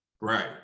Right